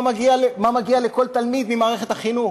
מה מגיע לכל תלמיד ממערכת החינוך.